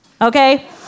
Okay